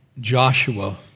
Joshua